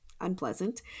Unpleasant